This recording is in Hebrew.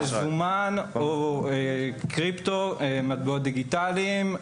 מזומן, קריפטו, מטבעות דיגיטליים.